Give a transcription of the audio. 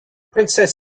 princess